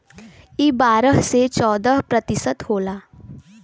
ई बारह से चौदह प्रतिशत तक होला